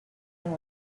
and